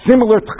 Similar